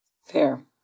Fair